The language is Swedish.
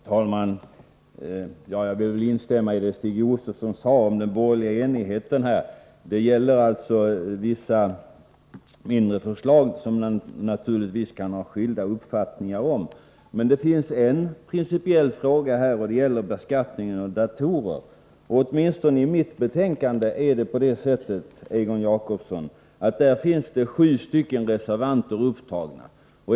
Herr talman! Jag vill instämma i det som Stig Josefson sade om den borgerliga enigheten. Det gäller vissa mindre förslag, som man naturligtvis kan ha skilda uppfattningar om. Men det finns en principiell fråga här, nämligen beskattningen av datorer. Åtminstone i mitt betänkande är det på det sättet, Egon Jacobsson, att det finns sju reservanter upptagna.